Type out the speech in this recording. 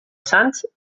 sants